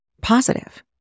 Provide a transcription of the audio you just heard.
positive